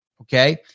okay